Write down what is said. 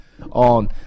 on